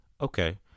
Okay